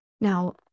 Now